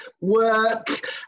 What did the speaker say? work